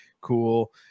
cool